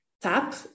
tap